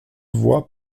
voie